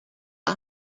who